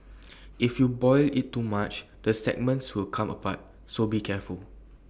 if you boil IT too much the segments will come apart so be careful